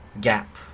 gap